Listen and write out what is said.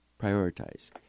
prioritize